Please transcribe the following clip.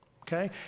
okay